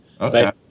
Okay